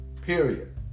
Period